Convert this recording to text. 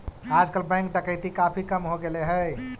आजकल बैंक डकैती काफी कम हो गेले हई